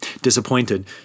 Disappointed